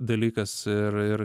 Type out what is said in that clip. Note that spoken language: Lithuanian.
dalykas ir ir